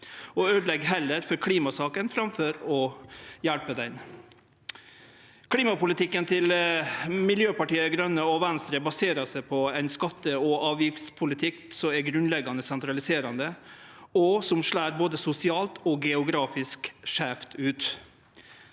og øydelegg heller for klimasaka, framfor å hjelpe ho. Klimapolitikken til Miljøpartiet Dei Grøne og Venstre baserer seg på ein skatte- og avgiftspolitikk som er grunnleggjande sentraliserande, og som slår både sosialt og geografisk skeivt ut.